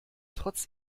trotz